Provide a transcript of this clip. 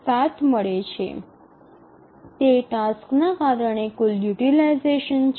૭ મળે છે તે ટાસ્કના કારણે કુલ યુટીલાઈઝેશન છે